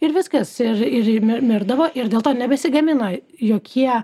ir viskas ir ir mir mirdavo ir dėl to nebesigamina jokie